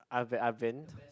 I've been I've been